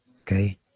Okay